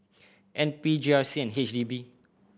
N P G R C and H D B